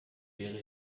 wäre